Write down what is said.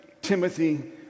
Timothy